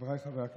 חבריי חברי הכנסת,